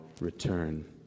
return